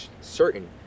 certain